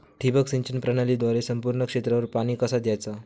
ठिबक सिंचन प्रणालीद्वारे संपूर्ण क्षेत्रावर पाणी कसा दयाचा?